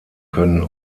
können